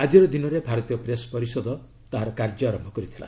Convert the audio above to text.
ଆଜିର ଦିନରେ ଭାରତୀୟ ପ୍ରେସ୍ ପରିଷଦ ତା'ର କାର୍ଯ୍ୟ ଆରମ୍ଭ କରିଥିଲା